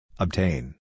Obtain